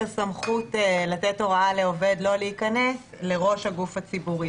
הסמכות לתת הוראה לעובד להיכנס לראש הגוף הציבורי.